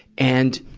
and,